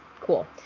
cool